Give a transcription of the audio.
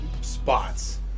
spots